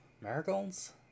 Marigolds